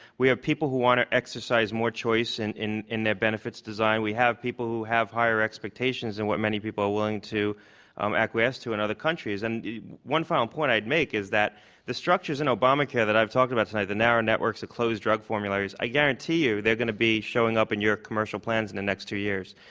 we have people who want to exercise more choice and in in their benefits design. we have people who have higher expectations than what many people are willing to um acquiesce to in and other countries, and the one final point i'd make is that the structures in obamacare that i've talked about tonight, the narrow networks, the closed drug formulators, i guarantee you they're going to be showing up in your commercial plans in the next two years.